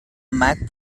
mac